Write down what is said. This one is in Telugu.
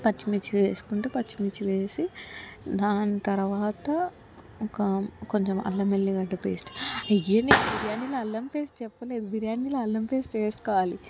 పచ్చిమిర్చి వేస్కుంటే పచ్చిమిర్చి వేసి దాని తర్వాత ఒక కొంచెం అల్లం వెళ్ళుగడ్డ పేస్ట్ అయ్యా నేను బిర్యానీలో అల్లం పేస్ట్ చెప్పలేదు బిర్యానీలో అల్లం పేస్ట్ వేస్కోవాలి